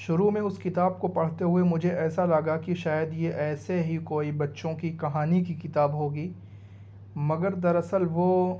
شروع میں اس کتاب کو پڑھتے ہوئے مجھے ایسا لگا کہ شاید یہ ایسے ہی کوئی بچوں کی کہانی کی کتاب ہوگی مگر دراصل وہ